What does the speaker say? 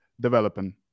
developing